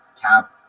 cap